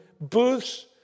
booths